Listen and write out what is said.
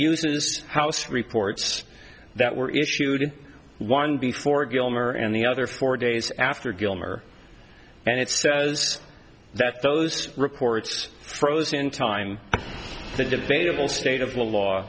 uses house reports that were issued in one before gilmer and the other four days after gilmer and it says that those reports frozen in time the debatable state of